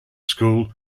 school